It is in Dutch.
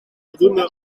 voldoende